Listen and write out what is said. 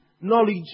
knowledge